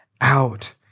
out